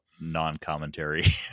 non-commentary